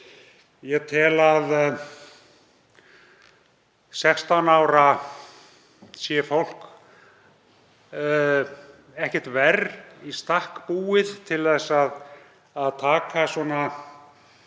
Ég tel að 16 ára sé fólk ekkert verr í stakk búið til að taka